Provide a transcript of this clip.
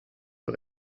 für